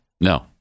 No